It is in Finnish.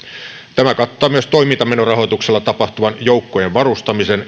tämä kattaa myös toimintamenorahoituksella tapahtuvan joukkojen varustamisen